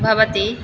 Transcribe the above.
भवति